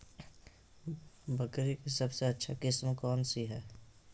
बकरी के सबसे अच्छा किस्म कौन सी है?